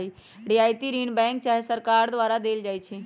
रियायती ऋण बैंक चाहे सरकार द्वारा देल जाइ छइ